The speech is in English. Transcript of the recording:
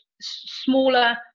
smaller